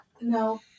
No